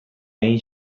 hain